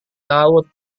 laut